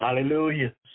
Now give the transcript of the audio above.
Hallelujah